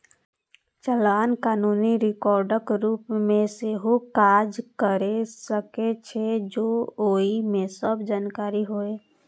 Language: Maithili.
चालान कानूनी रिकॉर्डक रूप मे सेहो काज कैर सकै छै, जौं ओइ मे सब जानकारी होय